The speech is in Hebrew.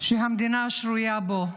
שהמדינה שרויה בו.